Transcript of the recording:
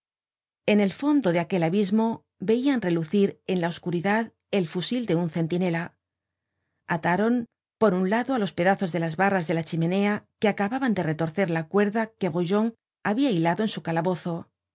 en el fondo de aquel abismo veian relucir en la oscuridad el fusil de un centinela ataron por un lado á los pedazos de las barras de la chimenea que acababan de retorcer la cuerda que brujon habia hilado en su calabozo